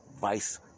vice